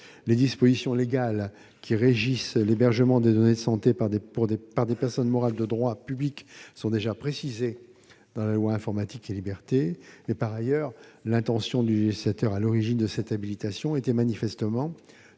les dispositions légales qui régissent l'hébergement des données de santé par des personnes morales de droit public sont déjà précisées dans la loi Informatique et libertés. Ensuite, l'intention du législateur à l'origine de cette habilitation était manifestement